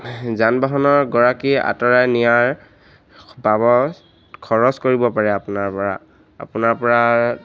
যান বাহনৰ গৰাকী আঁতৰাই নিয়াৰ বাবদ খৰচ কৰিব পাৰে আপোনাৰ পৰা আপোনাৰ পৰা